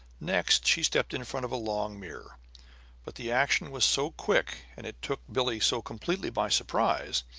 next, she stepped in front of a long mirror but the action was so quick, and it took billie so completely by surprise,